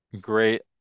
great